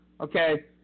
Okay